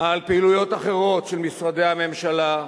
על פעילויות אחרות של משרדי הממשלה,